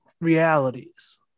realities